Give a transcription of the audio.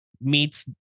Meets